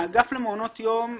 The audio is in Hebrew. האגף למעונות יום,